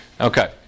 Okay